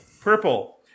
Purple